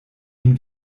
ihm